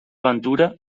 ventura